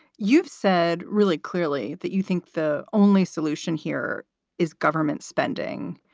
you've said really clearly that you think the only solution here is government spending.